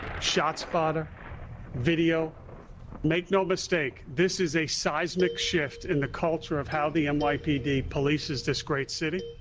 shotspotter video make no mistake, this is a seismic shift in the culture of how the um nypd polices this great city.